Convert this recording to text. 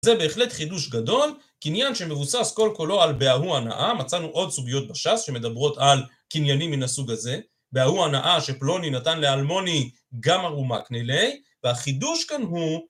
זה בהחלט חידוש גדול, קניין שמבוסס קול קולו על בהאו הנאה, מצאנו עוד סוגיות בשס שמדברות על קניינים מן הסוג הזה בהאו הנאה שפלוני נתן לאלמוני גם ארומה כנילי, והחידוש כאן הוא